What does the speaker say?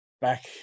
back